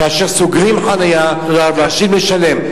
כאשר סוגרים חנייה ונדרשים לשלם.